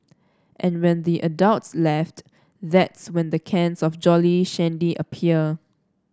and when the adults left that's when the cans of Jolly Shandy appear